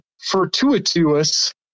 fortuitous